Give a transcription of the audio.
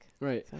Right